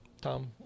Tom